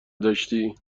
داشتی